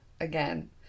again